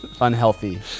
unhealthy